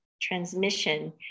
transmission